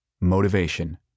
motivation